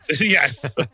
Yes